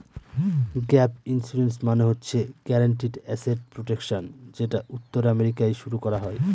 gap insurance মানে হচ্ছে guaranteed asset protection যেটা উত্তর আমেরিকায় শুরু করা হয়